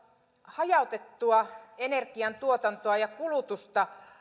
hajautettua energiantuotantoa ja kulutusta